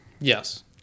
Yes